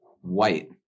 White